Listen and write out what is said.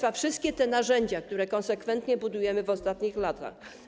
Wszystkie te narzędzia, które konsekwentnie budujemy w ostatnich latach.